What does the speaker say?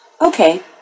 Okay